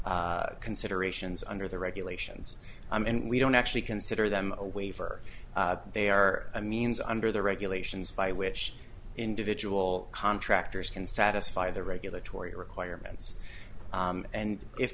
s considerations under the regulations and we don't actually consider them a waiver they are a means under the regulations by which individual contractors can satisfy their regulatory requirements and if